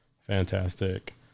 fantastic